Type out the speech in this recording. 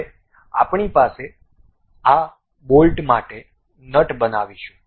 હવે આપણે આ બોલ્ટ માટે નટ બનાવીશું